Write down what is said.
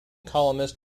columnist